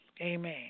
Amen